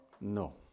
No